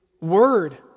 word